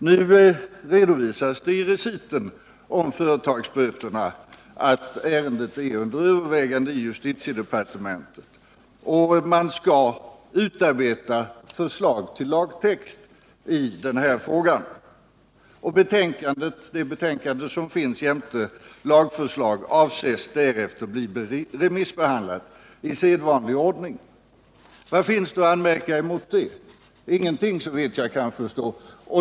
Nu redovisas det i reciten om företagsböterna att ärendet är under övervägande i justitiedepartementet och att man där skall utarbeta ett förslag till lagtext i frågan. Det betänkande som finns avses därefter, jämte lagförslag, bli remissbehandlat i sedvanlig ordning. Vad finns det att anmärka mot detta? Ingenting, såvitt jag kan förstå.